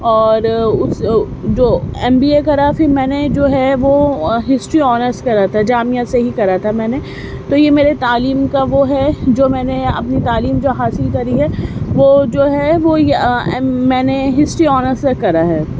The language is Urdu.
اور اس جو ایم بی اے کرا پھر میں نے جو ہے وہ ہسٹری آنرس کرا تھا جامعہ سے ہی کرا تھا میں نے تو یہ میرے تعلیم کا وہ ہے جو میں نے اپنی تعلیم جو حاصل کری ہے وہ جو ہے وہ میں نے ہسٹری آنرس سے کرا ہے